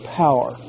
power